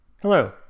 Hello